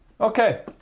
Okay